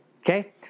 okay